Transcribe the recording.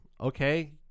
okay